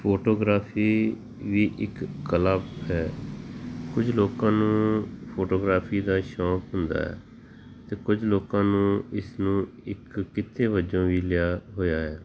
photography ਵੀ ਇੱਕ ਕਲਾ ਹੈ ਕੁਝ ਲੋਕਾਂ ਨੂੰ ਫੋਟੋਗ੍ਰਾਫ਼ੀ ਦਾ ਸ਼ੌਕ ਹੁੰਦਾ ਹੈ ਅਤੇ ਕੁਝ ਲੋਕਾਂ ਨੇ ਇਸਨੂੰ ਇੱਕ ਕਿੱਤੇ ਵਜੋਂ ਵੀ ਲਿਆ ਹੋਇਆ ਹੈ